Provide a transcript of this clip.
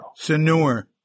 Sanur